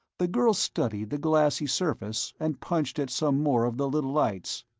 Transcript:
the girl studied the glassy surface and punched at some more of the little lights.